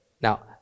Now